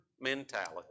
mentality